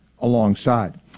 alongside